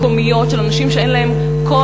זה החלטות מקומיות של אנשים שאין להם כל